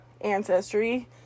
Ancestry